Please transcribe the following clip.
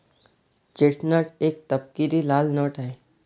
chestnut एक तपकिरी लाल नट आहे